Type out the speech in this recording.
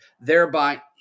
thereby